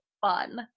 fun